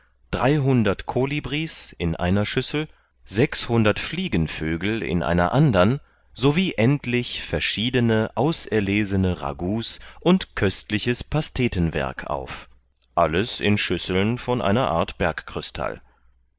dreihundert kolibri's in einer schüssel sechshundert fliegenvögel in einer andern so wie endlich verschiedene auserlesene ragouts und köstliches pastetenwerk auf alles in schüsseln von einer art bergkrystall